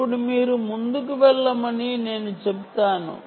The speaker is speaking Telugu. ఇప్పుడు మీరు ముందుకు వెళ్ళమని నేను చెబుతాను